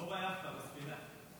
או ביאכטה, בספינה.